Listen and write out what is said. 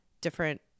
different